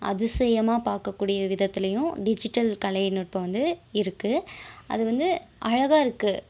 அதிசயமாக பார்க்கக்கூடிய விதத்திலையும் டிஜிட்டல் கலைநுட்பம் வந்து இருக்குது அது வந்து அழகாக இருக்குது